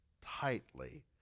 tightly